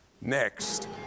Next